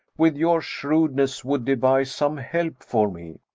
with your shrewdness, would devise some help for me.